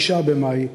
9 במאי,